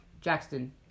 Jackson